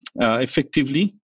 effectively